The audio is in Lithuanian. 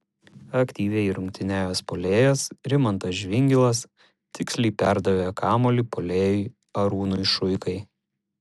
aktyviai rungtyniavęs puolėjas rimantas žvingilas tiksliai perdavė kamuolį puolėjui arūnui šuikai